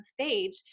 stage